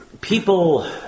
People